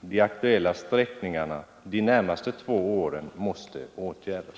de aktuella sträckningarna av väg 83 under de närmaste två åren måste åtgärdas.